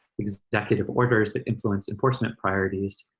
executive orders that influence enforcement priorities,